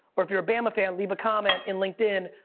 or if you're a bama fan, leave a comment in linkedin,